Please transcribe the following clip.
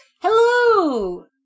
Hello